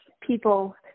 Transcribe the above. people